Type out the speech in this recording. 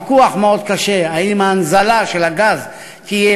יש ויכוח מאוד קשה האם ההנזלה של הגז תהיה